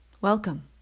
Welcome